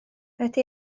ydy